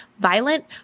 violent